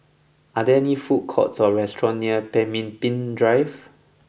are there food courts or restaurants near Pemimpin Drive